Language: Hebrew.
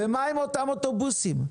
ומהם אותם אוטובוסים?